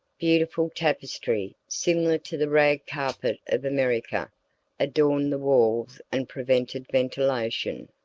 beautiful tapestry similar to the rag-carpet of america adorned the walls and prevented ventilation.